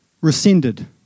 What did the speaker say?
rescinded